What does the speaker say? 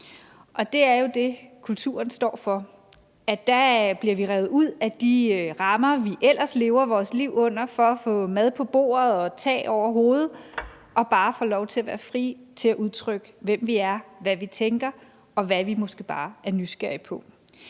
og det er jo det, kulturen står for. Der bliver vi revet ud af de rammer, vi ellers lever vores liv under for at få mad på bordet og tag over hovedet og bare får lov til at være frie til at udtrykke, hvem vi er, hvad vi tænker, og hvad vi måske bare er nysgerrige på.